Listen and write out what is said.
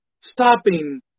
stopping